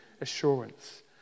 assurance